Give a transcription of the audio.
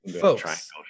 Folks